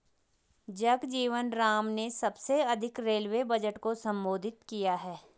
जगजीवन राम ने सबसे अधिक रेलवे बजट को संबोधित किया है